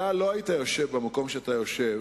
אתה לא היית יושב במקום שאתה יושב